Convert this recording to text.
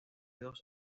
dos